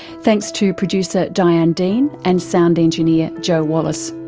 thanks to producer diane dean and sound engineer joe wallace.